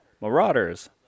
marauders